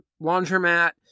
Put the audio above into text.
Laundromat